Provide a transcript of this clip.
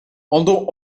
although